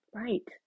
right